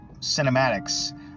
cinematics